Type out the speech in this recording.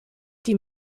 die